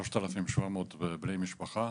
ל-3,700 בני משפחה,